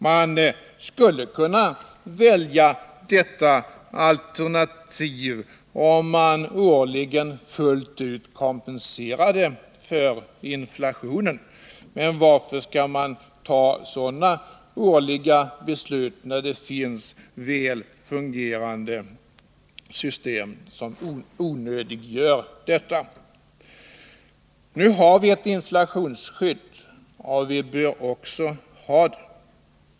Man skulle kunna välja detta alternativ, om man årligen fullt ut kompenserade för inflationen. Men varför skall man ta sådana årliga beslut när det finns väl fungerande system som onödiggör detta? Nu har vi ett inflationsskydd och vi bör också ha det.